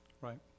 Right